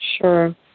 Sure